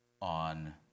on